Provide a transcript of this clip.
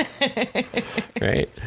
Right